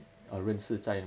hmm